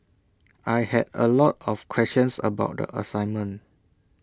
I had A lot of questions about the assignment